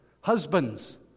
Husbands